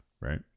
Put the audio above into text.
right